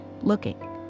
looking